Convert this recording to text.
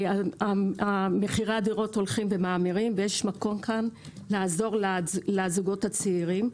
מחירי הדירות הולכים ומאמירים ויש מקום כאן לעזור לזוגות הצעירים,